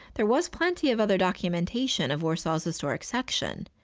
there was plenty of other documentation of warsaw's historic section.